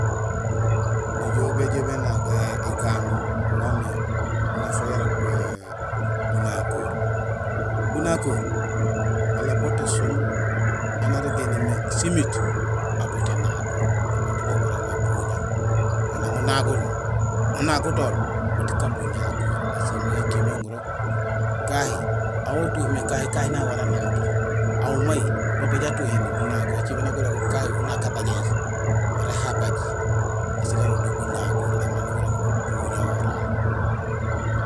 Nijool béjoow béganul waamé nafa yara bunakoor; bunakoor, alá boot ésooŋ aan arégénimé simiit aw boot énakool. Ēmanding do gurégémé buña, mais nang unakutool mat kaan bunakoor écimé gurok kahi aw, aw utuhéén mé kahi, kahi nawawaar anaki; aw may babaaj atuhéni nunakool. Ēcimé nak gurogul kahi unaak abajahi mara ha abaji; asiil arok do bunakoor, émanding gurogé ubuñahoral.